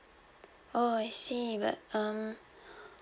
oh I see but um